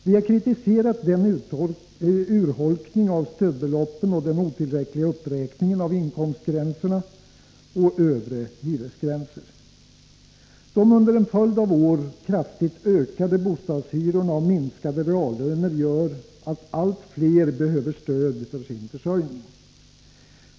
Vi har kritiserat urholkningen av stödbeloppen och den otillräckliga uppräkningen av inkomstgränser och övre hyresgränser. De under en följd av år kraftigt ökade bostadshyrorna och minskade reallöner gör att allt fler behöver stöd för sin försörjning.